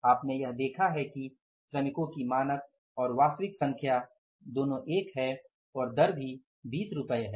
आपने यह देखा है कि श्रमिकों की मानक और वास्तविक संख्या दोनों एक हैं और दर भी 20 रुपये है